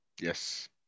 Yes